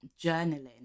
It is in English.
journaling